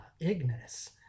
Ignis